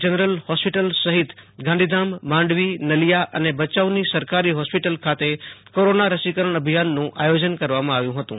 general hospital સહિત ગાંધીધામ માંડવી નલિયા અને ભયાઉની સરકારી હોસ્પિટલ ખાતે કોરોના રસીકરણ અભિયાનનું આયોજન કરવામાં આવ્યું હતું